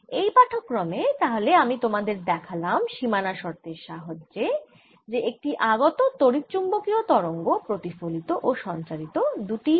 এই পাঠক্রমে আমি তোমাদের দেখালাম সীমানা শর্তের সাহায্যে যে একটি আগত তড়িৎচুম্বকীয় তরঙ্গ প্রতিফলিত ও সঞ্চারিত দুটিই হয়